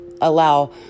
Allow